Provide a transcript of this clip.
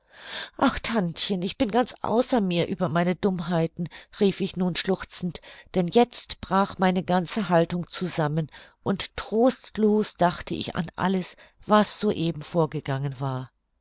ach tantchen ich bin ganz außer mir über meine dummheiten rief ich nun schluchzend denn jetzt brach meine ganze haltung zusammen und trostlos dachte ich an alles was so eben vorgegangen war